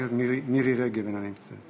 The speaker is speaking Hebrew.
הכנסת מירי רגב, אינה נמצאת.